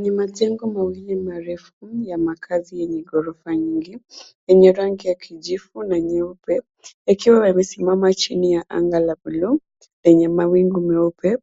Ni majengo mawili marefu ya makazi yenye ghorofa nyingi yenye rangi ya kijivu na nyeupe yakiwa yamesimama chini ya anga la bluu lenye mawingu meupe.